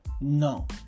No